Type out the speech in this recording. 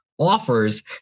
offers